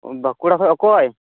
ᱵᱟᱸᱠᱩᱲᱟ ᱠᱷᱚᱱ ᱚᱠᱚᱭ